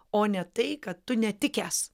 o ne tai kad tu netikęs